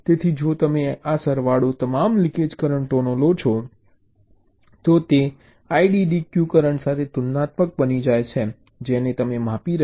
તેથી જો તમે આ સરવાળો તમામ લીકેજ કરંટો લો છો તો તે આ આઇડીડીક્યુ કરંટ સાથે તુલનાત્મક બની જાય છે જેને તમે માપી રહ્યા છો